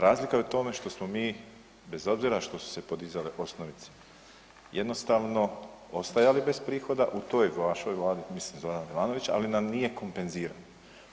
Razlika je u tome što smo mi bez obzira što su se podizale osnovice, jednostavno ostajali bez prihoda u toj vašoj vladi, mislim Zorana Milanovića, ali nam nije kompenzirano.